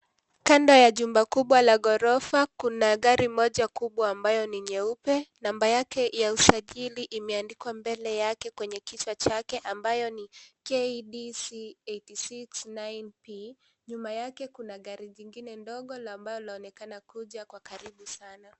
Kando ya jumba kubwa la ghorofa , kuna gari moja kubwa ambayo ni nyeupe . Nambari yake ya usajili imeandikwa mbele yake ,kwenye kichwa chake ambayo ni KDC 809P Nyuma yake kuna gari jingine ndogo ,ambalo linaonekana kuja kwa karibu sana .